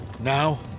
Now